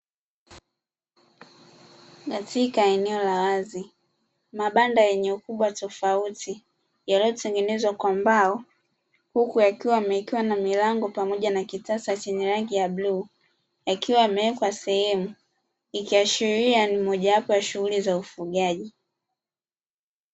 Katika eneo la wazi, mabanda yenye ukubwa tofauti yaliyotengenezwa kwa mbao huku yakiwa yamewekewa na mlango pamoja na kitasa cha rangi ya bluu, yakiwa yamewekwa sehemu ikiashiria ni moja wapo wa shughuli za ufugaji.